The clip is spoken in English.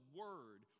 word